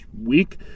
week